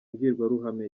mbwirwaruhame